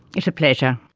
it's a pleasure.